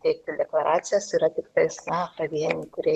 teikti deklaracijas yra tiktais na pavieniai kurie